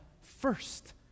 first